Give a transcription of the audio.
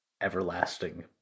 everlasting